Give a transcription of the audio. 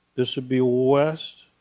this would be west.